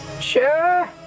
sure